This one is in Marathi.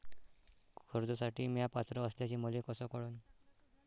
कर्जसाठी म्या पात्र असल्याचे मले कस कळन?